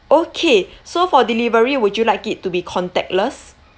okay so for delivery would you like it to be contactless